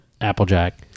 Applejack